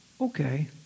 okay